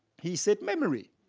he said, memory.